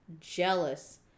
jealous